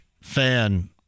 fan